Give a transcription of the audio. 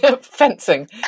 fencing